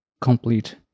complete